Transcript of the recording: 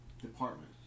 department